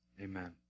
Amen